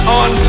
on